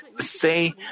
say